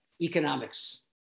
economics